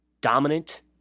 dominant